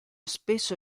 spesso